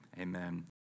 amen